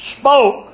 spoke